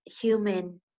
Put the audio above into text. human